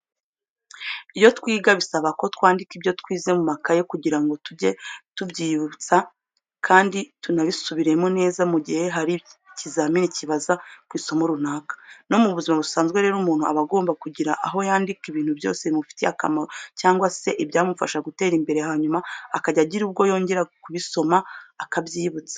Iyo twiga bisaba ko twandika ibyo twize mu makaye kugira ngo tujye tubyiyibutsa kandi tuzanabisubiremo neza mu gihe hari ikizamini kibaza ku isomo runaka. No mu buzima busanzwe rero umuntu aba agomba kugira aho yandika ibintu byose bimufitiye akamaro cyangwa se ibyamufasha gutera imbere hanyuma akajya agira ubwo yongera kubisoma akabyiyibutsa.